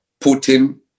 Putin